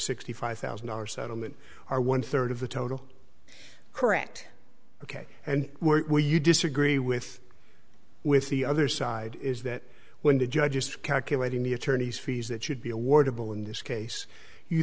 sixty five thousand dollars settlement are one third of the total correct ok and were you disagree with with the other side is that when the judge is calculating the attorney's fees that should be awarded will in this case you